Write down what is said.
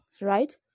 right